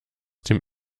dem